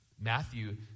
Matthew